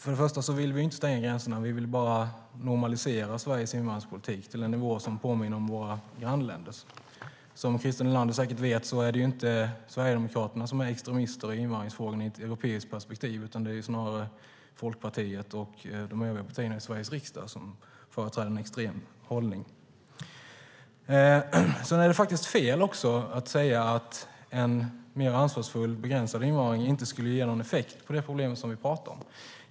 Vi vill inte stänga gränserna, utan vi vill bara normalisera Sveriges invandringspolitik till en nivå som påminner om våra grannländers. Som Christer Nylander säkert vet är det inte Sverigedemokraterna som är extremister i invandringsfrågorna i ett europeiskt perspektiv utan det är snarare Folkpartiet och de övriga partierna i Sveriges riksdag som företräder en extrem hållning. Det är fel att säga att en mer ansvarsfull begränsad invandring inte skulle ge någon effekt på de problem vi talar om.